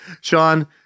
Sean